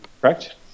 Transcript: Correct